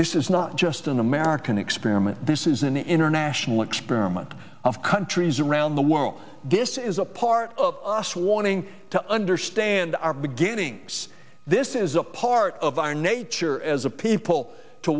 this is not just an american experiment this is an international experiment of countries around the world this is a part of us wanting to understand our beginnings this is a part of our nature as a people to